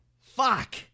Fuck